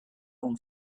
own